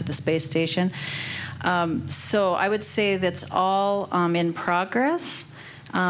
to the space station so i would say that's all in progress